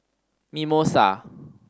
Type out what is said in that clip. mimosa